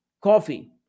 coffee